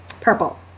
Purple